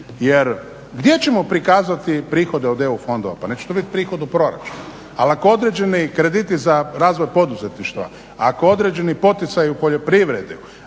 Jer gdje ćemo prikazati prihode od EU fondova? Pa neće to biti prihod u proračunu, ali ako određeni krediti za razvoj poduzetništva, ako određeni poticaj u poljoprivredi